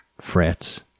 frets